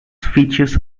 features